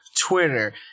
Twitter